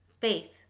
faith